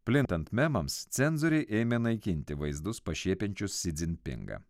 plintant memams cenzoriai ėmė naikinti vaizdus pašiepiančius si dzin pingą